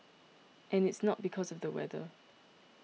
and it's not because of the weather